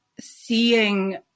seeing